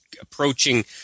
approaching